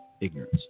ignorance